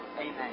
Amen